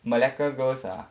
melaka girls are